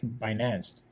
Binance